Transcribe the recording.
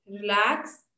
Relax